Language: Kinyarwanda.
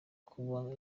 kuba